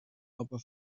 aber